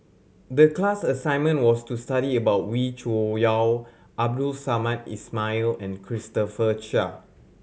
the class assignment was to study about Wee Cho Yaw Abdul Samad Ismail and Christopher Chia